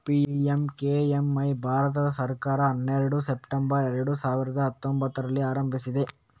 PMKMY Bharat ಸರ್ಕಾರ ಹನ್ನೆರಡು September ಎರಡು ಸಾವಿರದ ಹತ್ತೊಂಭತ್ತರಂದು ಆರಂಭಿಸಿದೆ